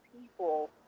people